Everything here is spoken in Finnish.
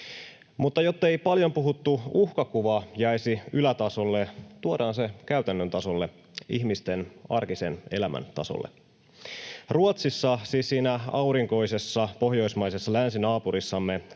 Mutta jottei paljon puhuttu uhkakuva jäisi ylätasolle, tuodaan se käytännön tasolle, ihmisten arkisen elämän tasolle. Ruotsissa, siis siinä aurinkoisessa pohjoismaisessa länsinaapurissamme,